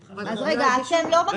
אתם לא מגישים את זה?